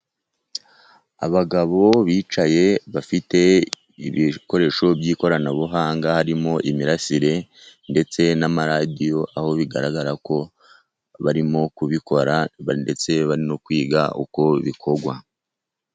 Abagabo bicaye bafite ibikoresho by'ikoranabuhanga, harimo imirasire ndetse n'amaradiyo, aho bigaragara ko barimo kubikora ndetse bari no kwiga uko bikorwa.